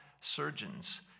surgeons